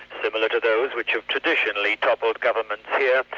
similar to those which have traditionally toppled governments here,